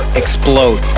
explode